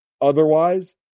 otherwise